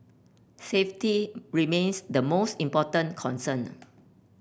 safety remains the most important concern